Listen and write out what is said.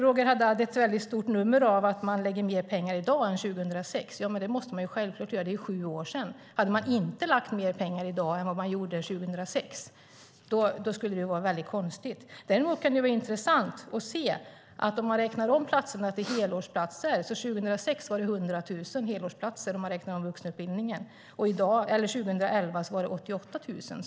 Roger Haddad gör ett mycket stort nummer av att man satsar mer pengar i dag än 2006. Det måste man självklart göra. Det var ju sju år sedan. Hade man inte satsat mer pengar i dag än man gjorde 2006 skulle det vara mycket konstigt. Däremot kan det vara intressant att se att om man räknar om platserna till helårsplatser var det 100 000 helårsplatser 2006 inom vuxenutbildningen. År 2011 var det 88 000.